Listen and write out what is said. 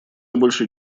большей